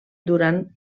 durant